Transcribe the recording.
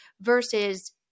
versus